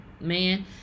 man